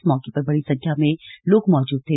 इस मौके पर बड़ी संख्या में लोग मौजूद थे